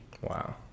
Wow